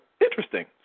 Interesting